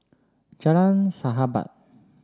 Jalan Sahabat